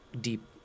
deep